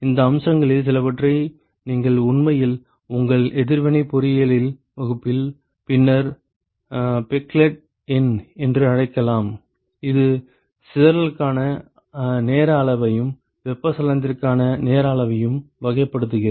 இந்த அம்சங்களில் சிலவற்றை நீங்கள் உண்மையில் உங்கள் எதிர்வினை பொறியியல் வகுப்பில் பின்னர் பெக்லெட் எண் என்று அழைக்கலாம் இது சிதறலுக்கான நேர அளவையும் வெப்பச்சலனத்திற்கான நேர அளவையும் வகைப்படுத்துகிறது